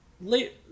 late